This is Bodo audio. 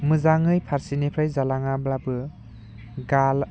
मोजाङै फारसेनिफ्राय जालाङाब्लाबो